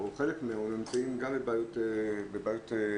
הילדים נתקלים גם בבעיות טכניות.